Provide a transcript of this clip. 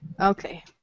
Okay